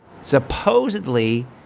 supposedly